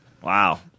Wow